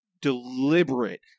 deliberate